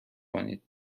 کنید